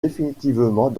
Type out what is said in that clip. définitivement